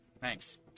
Thanks